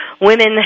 women